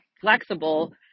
flexible